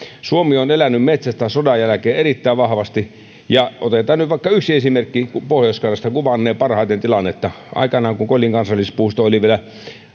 suomi on elänyt metsästä sodan jälkeen erittäin vahvasti otetaan nyt vaikka yksi esimerkki pohjois karjalasta kuvannee parhaiten tilannetta aikanaan kun kolin kansallispuisto oli vielä